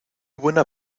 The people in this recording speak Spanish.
buena